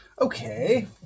Okay